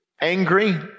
angry